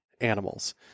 animals